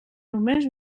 només